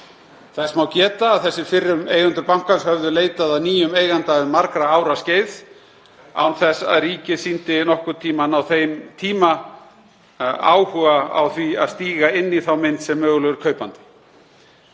Þess má geta að þessir fyrrum eigendur bankans höfðu leitað að nýjum eiganda um margra ára skeið án þess að ríkið sýndi nokkurn tímann á þeim tíma áhuga á því að stíga inn í þá mynd sem mögulegur kaupandi.